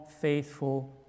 faithful